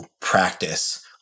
practice